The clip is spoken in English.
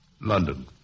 London